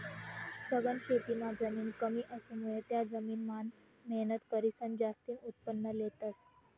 सघन शेतीमां जमीन कमी असामुये त्या जमीन मान मेहनत करीसन जास्तीन उत्पन्न लेतस